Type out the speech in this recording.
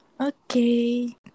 okay